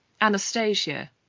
Anastasia